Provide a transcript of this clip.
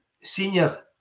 Senior